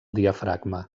diafragma